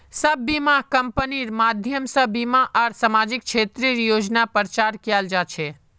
सब बीमा कम्पनिर माध्यम से बीमा आर सामाजिक क्षेत्रेर योजनार प्रचार कियाल जा छे